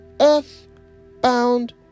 earthbound